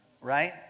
Right